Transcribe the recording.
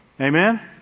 Amen